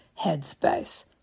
Headspace